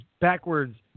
backwards